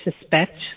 suspect